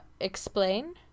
explain